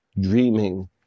dreaming